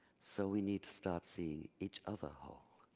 so we need to start seeing each other whole.